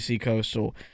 Coastal